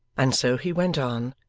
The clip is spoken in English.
and so he went on,